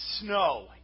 snow